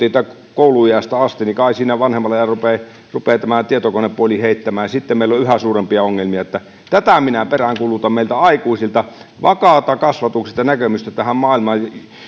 kouluiästä asti niin kai siinä vanhemmalla iällä rupeaa tämä tietokonepuoli heittämään ja sitten meillä on yhä suurempia ongelmia että tätä minä peräänkuulutan meiltä aikuisilta vakaata kasvatuksellista näkemystä tähän maailmaan